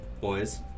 boys